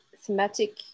thematic